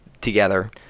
together